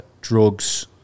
drugs